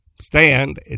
stand